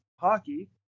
hockey